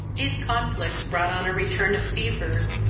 these conflicts brought on a return of fever,